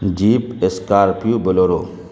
jeep scorpio bolero